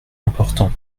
important